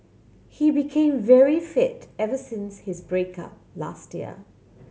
he became very fit ever since his break up last year